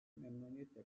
memnuniyetle